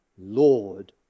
Lord